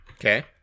Okay